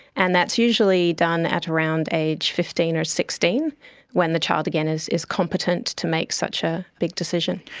and that's usually done at around aged fifteen or sixteen when the child, again, is is competent to make such a big decision.